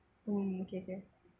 mm okay okay